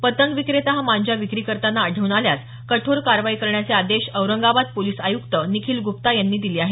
पतंग विक्रेता हा मांजा विक्री करताना आढळून आल्यास कठोर कारवाई करण्याचे आदेश औरंगाबाद पोलीस आयुक्त निखिल गुप्ता यांनी दिले आहेत